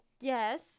Yes